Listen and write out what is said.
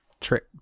trick